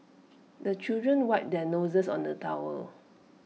the children wipe their noses on the towel